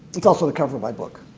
it's also the cover of my book.